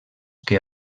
que